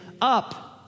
up